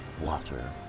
water